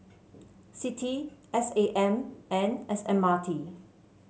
CITI S A M and S M R T